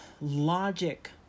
logic